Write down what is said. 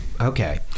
Okay